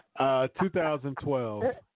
2012